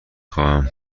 خواهم